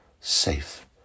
safe